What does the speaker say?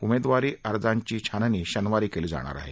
उमेदवारी अर्जांची छाननी शनिवारी केली जाणार आहे